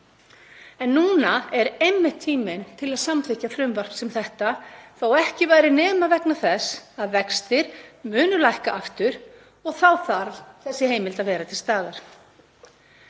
En núna er einmitt tíminn til að samþykkja frumvarp sem þetta, þótt ekki væri nema vegna þess að vextir munu lækka aftur og þá þarf þessi heimild að vera til staðar.